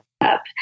up